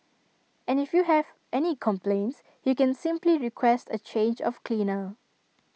and if you have any complaints you can simply request A change of cleaner